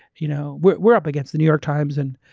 you know we're we're up against the new york times and